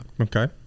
Okay